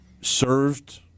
served